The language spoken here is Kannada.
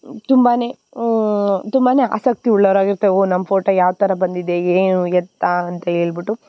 ತುಂಬ ತುಂಬ ಆಸಕ್ತಿ ಉಳ್ಳವರಾಗಿರ್ತೇವೆ ಓಹ್ ನಮ್ಮ ಫೋಟೋ ಯಾವ ಥರ ಬಂದಿದೆ ಏನು ಎತ್ತ ಅಂತ ಹೇಳ್ಬಿಟ್ಟು